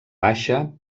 baixa